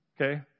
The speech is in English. Okay